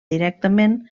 directament